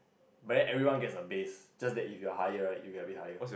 but then everyone gets a base just that if you're higher right you get a bit higher